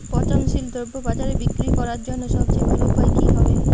পচনশীল দ্রব্য বাজারে বিক্রয় করার জন্য সবচেয়ে ভালো উপায় কি হবে?